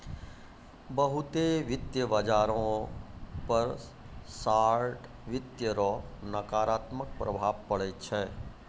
बहुते वित्त बाजारो पर शार्ट वित्त रो नकारात्मक प्रभाव पड़ै छै